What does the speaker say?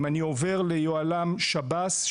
אם אני עובר ליוהל"ם שב"ס,